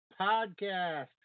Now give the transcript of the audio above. podcast